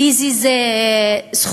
פיזי זה זכויות,